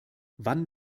wann